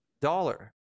dollar